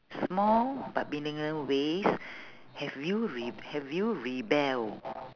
small but meaningless ways have you re~ have you rebel